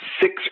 six